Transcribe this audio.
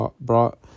brought